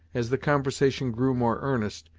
as the conversation grew more earnest,